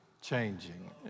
changing